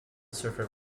server